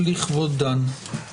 הצעת צו המועצות המקומיות (עבירות קנס),